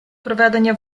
проведення